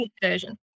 version